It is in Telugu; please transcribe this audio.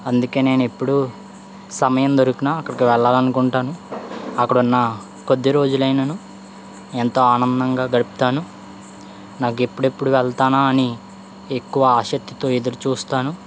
అందుకే నేనుఎప్పుడు సమయం దొరికిన అక్కడికి వెళ్ళాలనుకుంటాను అక్కడ ఉన్న కొద్ది రోజులైనను ఎంతో ఆనందంగా గడుపుతాను నాకు ఎప్పుడెప్పుడు వెళ్తానా అని ఎక్కువ ఆసక్తితో ఎదురు చూస్తాను